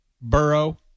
Burrow